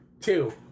two